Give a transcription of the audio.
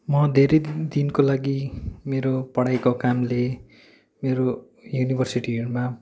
म धेरै दिनको लागि मेरो पढाईको कामले मेरो युनिभर्सिटीहरूमा